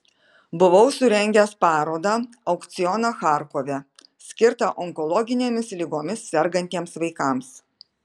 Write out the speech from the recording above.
buvau surengęs parodą aukcioną charkove skirtą onkologinėmis ligomis sergantiems vaikams